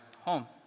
home